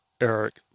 eric